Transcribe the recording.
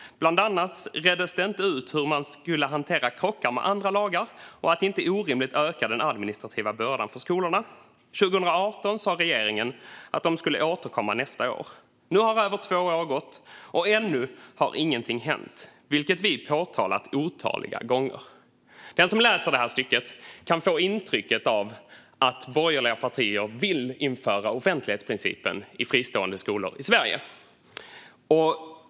Bland annat reddes det inte ut hur man skulle hantera krockar med andra lagar och att inte orimligt öka den administrativa bördan för skolorna. 2018 sa regeringen att de skulle återkomma nästa år. Nu har över två år gått och ännu har ingenting hänt, vilket vi har påtalat otaliga gånger." Den som läser det här stycket kan få intrycket att borgerliga partier vill införa offentlighetsprincipen i fristående skolor i Sverige.